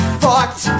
fucked